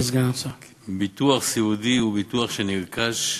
ביטוח סיעודי הוא ביטוח שנרכש,